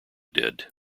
did